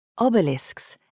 obelisks